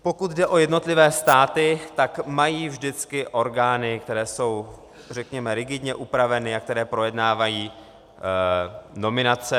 Pokud jde o jednotlivé státy, tak mají vždycky orgány, které jsou řekněme rigidně upraveny a které projednávají nominace.